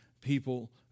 people